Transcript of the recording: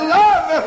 love